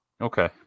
Okay